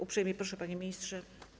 Uprzejmie proszę, panie ministrze.